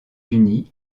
unis